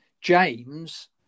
James